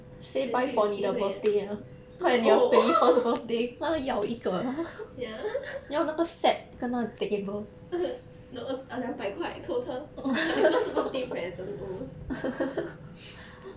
then 就有机会 oh ya no err 两百块 total twenty first birthday present oh